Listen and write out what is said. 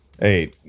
Hey